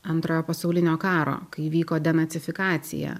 antrojo pasaulinio karo kai vyko denacifikacija